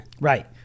Right